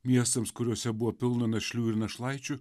miestams kuriuose buvo pilna našlių ir našlaičių